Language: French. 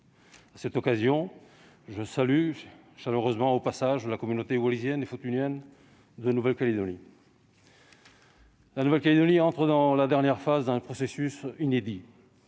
À cette occasion, je salue chaleureusement la communauté wallisienne et futunienne de Nouvelle-Calédonie. Celle-ci entre dans la dernière phase d'un processus inédit,